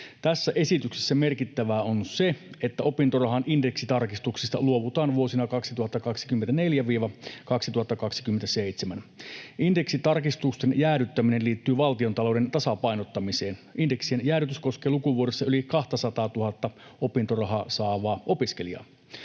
Tässä esityksessä merkittävää on se, että opintorahan indeksitarkistuksista luovutaan vuosina 2024—2027. Indeksitarkistusten jäädyttäminen liittyy valtiontalouden tasapainottamiseen. Indeksien jäädytys koskee lukuvuodessa yli 200 000:ta opintorahaa saavaa opiskelijaa.